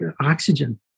oxygen